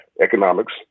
economics